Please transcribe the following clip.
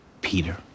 Peter